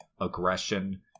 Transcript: aggression